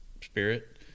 spirit